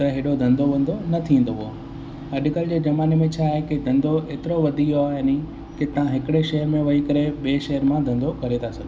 त हेॾो धंधो वंधो न थींदो हुओ अॼुकल्ह जे ज़माने में छा आहे की धंधो एतिरो वधी वियो आहे नी की तव्हां हिकिड़े शहर में वेही करे ॿिए शहर मां धंधो करे था सघो